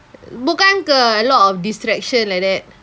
bukan ke a lot of distraction like that